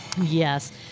yes